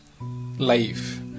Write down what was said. life